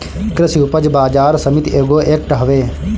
कृषि उपज बाजार समिति एगो एक्ट हवे